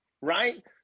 right